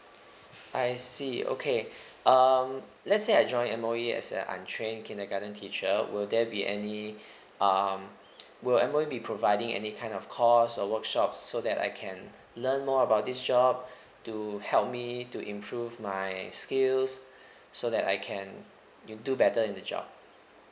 I see okay um let's say I join M_O_E as a untrained kindergarten teacher will there be any um will M_O_E be providing any kind of course or workshops so that I can learn more about this job to help me to improve my skills so that I can do better in the job